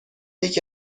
یکی